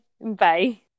Bye